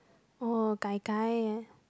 oh gai-gai